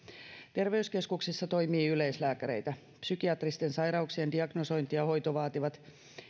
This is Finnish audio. terveyskeskuksissa toimii yleislääkäreitä psykiatristen sairauksien diagnosointi ja hoito vaativat